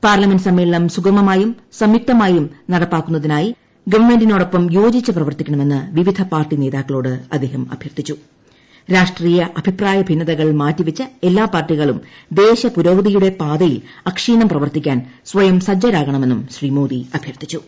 parliament സമ്മേളനം സുഗമമായുംസംയുക്തമായും നടപ്പാക്കുന്നതിനായി ഗവൺമെന്റിനോടൊപ്പം യോജിച്ച് പ്രവർത്തിക്കണമെന്ന് വിവിധ പാർട്ടി നേതാക്കളോട് അദ്ദേഹം അഭ്യർത്ഥിച്ചുരാഷ്ട്രീയ അഭിപ്രായഭിന്നതകൾ മാറ്റിവെച്ച് എല്ലാ പാർട്ടികളും ദേശപുരോഗതിയുടെ പാതയിൽ അക്ഷീണം പ്രവർത്തിക്കാൻ സ്വയം സജ്ജരാകണമെന്നും ശ്രീ മോദി അഭ്യർത്ഥിച്ചു